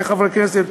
כחברי כנסת,